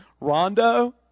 Rondo